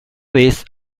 vez